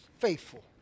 faithful